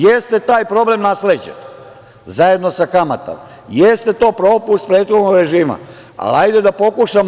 Jeste taj problem nasleđen zajedno sa kamatom, jeste propust prethodnog režima, ali hajde da pokušamo.